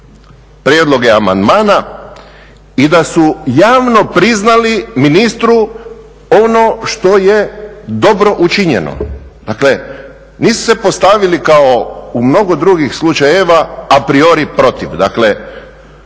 prijedloge amandmana i da su javno priznali ministru ono što je dobro učinjeno. Dakle, nisu se postavili kao u mnogo drugih slučajeva, a priori protiv.